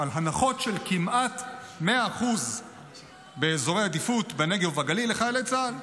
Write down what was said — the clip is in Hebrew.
על הנחות של כמעט 100% באזורי עדיפות בנגב ובגליל לחיילי צה"ל.